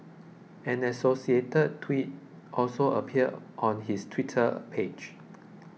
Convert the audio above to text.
an associated tweet also appeared on his Twitter page